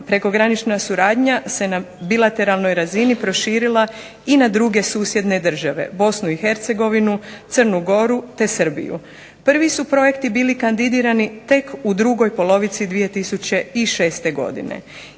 prekogranična suradnja se na bilateralnoj razini proširila i na druge susjedne države, Bosnu i Hercegovinu, Crnu Goru, te Srbiju. Prvi su projekti bili kandidirani tek u drugoj polovici 2006. godine.